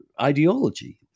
ideology